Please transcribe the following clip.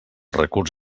recurs